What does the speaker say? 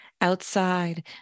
outside